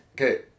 okay